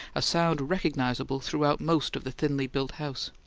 a sound recognizable throughout most of the thinly built house.